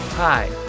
Hi